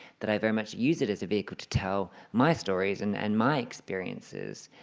that i very much use it as a vehicle to tell my stories and and my experiences.